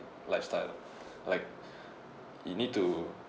lifestyle like you need to